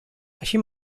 així